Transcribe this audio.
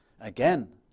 again